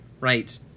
Right